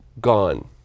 gone